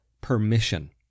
permission